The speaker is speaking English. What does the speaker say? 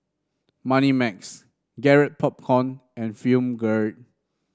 Moneymax Garrett Popcorn and Film Grade